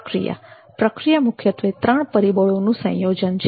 પ્રક્રિયા પ્રક્રિયા મુખ્યત્વે 3 પરીબળોનુ સંયોજન છે